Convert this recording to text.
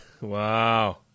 Wow